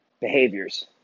behaviors